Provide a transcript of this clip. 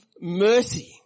mercy